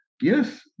Yes